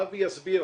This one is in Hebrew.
אבי יסביר,